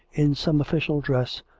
in some official dress,